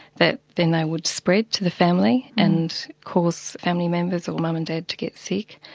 that then they would spread to the family and cause family members or mum and dad to get sick.